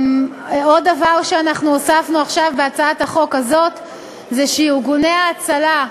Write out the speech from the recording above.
עוד דבר שהוספנו עכשיו בהצעת החוק הזאת זה שארגוני ההצלה,